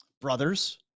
Brothers